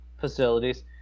facilities